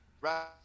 right